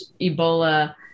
Ebola